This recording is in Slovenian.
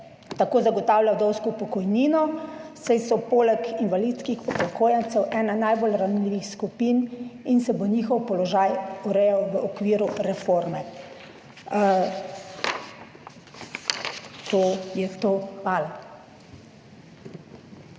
Tako zagotavlja vdovsko pokojnino, saj so poleg invalidskih upokojencev ena najbolj ranljivih skupin in se bo njihov položaj urejal v okviru reforme. To je to. Hvala.